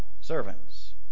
servants